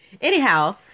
Anyhow